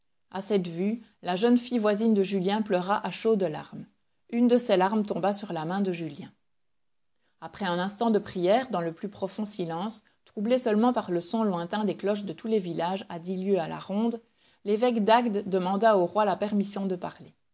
a cette vue la jeune fille voisine de julien pleura à chaudes larmes une de ses larmes tomba sur la main de julien après un instant de prières dans le plus profond silence troublé seulement par le son lointain des cloches de tous les villages à dix lieues à la ronde l'évêque d'agde demanda au roi la permission de parler